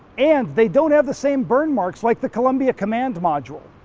and they don't have the same burn marks, like the columbia command module.